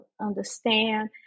understand